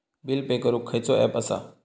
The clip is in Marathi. बिल पे करूक खैचो ऍप असा?